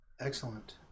Excellent